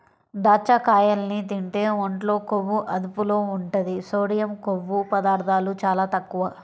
దాచ్చకాయల్ని తింటే ఒంట్లో కొవ్వు అదుపులో ఉంటది, సోడియం, కొవ్వు పదార్ధాలు చాలా తక్కువ